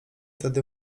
tedy